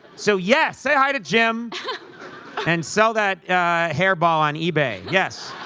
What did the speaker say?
so, yes, say hi to jim and sell that hair ball on ebay. yes.